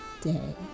Day